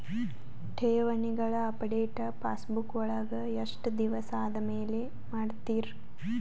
ಠೇವಣಿಗಳ update passbook ವಳಗ ಎಷ್ಟ ದಿವಸ ಆದಮೇಲೆ ಮಾಡ್ತಿರ್?